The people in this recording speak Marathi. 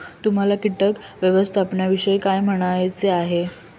तुम्हाला किटक व्यवस्थापनाविषयी काय म्हणायचे आहे?